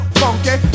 funky